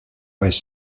was